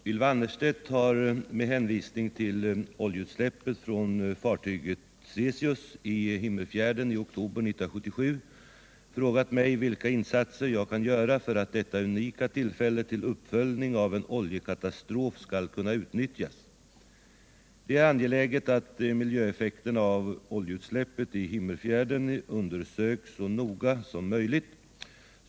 Herr talman! Ylva Annerstedt har, med hänvisning till oljeutsläppet från fartyget Tsesis i Himmerfjärden i oktober 1977, frågat mig vilka insatser jag kan göra för att detta unika tillfälle till uppföljning av en oljekatastrof skall kunna utnyttjas. Det är angeläget att miljöeffekterna av oljeutsläppet i Himmerfjärden undersöks så noga som möjligt.